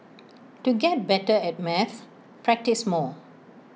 to get better at maths practise more